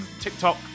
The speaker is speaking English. TikTok